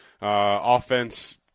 offense –